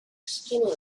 skinny